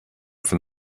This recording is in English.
from